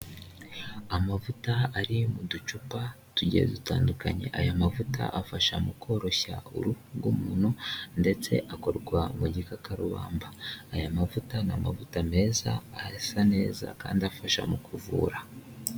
Amavuta ari mu ducupa tugiye dutandukanye aya mavuta afasha mu koroshya uruhu rw'umuntu ndetse akorwa mu gikakarubamba aya mavuta ni amavuta meza arasa neza kandi afasha mu kuvura.